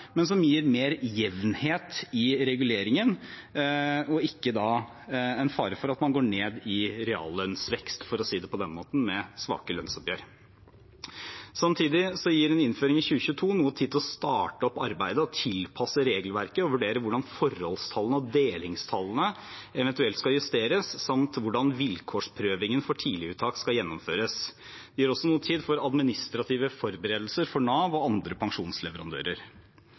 men som gir mer jevnhet i reguleringen og ikke er en fare for at man går ned i reallønnsvekst, for å si det på den måten, med svake lønnsoppgjør. Samtidig gir en innføring i 2022 noe tid til å starte opp arbeidet og tilpasse regelverket og vurdere hvordan forholdstallene og delingstallene eventuelt skal justeres, samt hvordan vilkårsprøvingen for tidliguttak skal gjennomføres. Det gir også noe tid til administrative forberedelser for Nav og andre pensjonsleverandører.